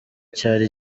cyari